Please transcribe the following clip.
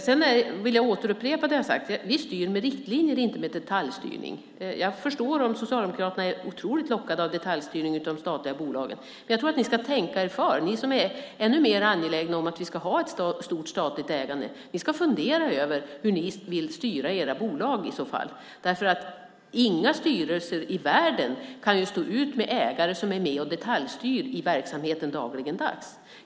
Jag vill återupprepa det jag har sagt: Vi styr med riktlinjer och inte med detaljstyrning. Jag förstår om Socialdemokraterna är otroligt lockade av detaljstyrning av de statliga bolagen. Men jag tror att ni ska tänka er för - ni som är ännu mer angelägna om att vi ska ha ett stort statligt ägande. Ni ska fundera över hur ni i så fall vill styra era bolag. Inga styrelser i världen kan stå ut med ägare som är med och detaljstyr verksamheten dagligdags.